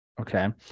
Okay